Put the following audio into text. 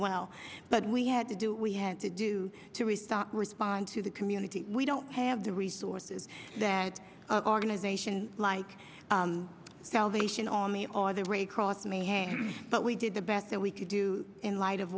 well but we had to do we had to do to restock respond to the community we don't have the resources that organizations like salvation army or the red cross may have but we did the best that we could do in light of